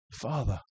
Father